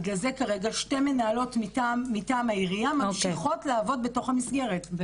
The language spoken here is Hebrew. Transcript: בגלל זה כרגע שתי מנהלות מטעם העירייה ממשיכות לעבוד בתוך המסגרת.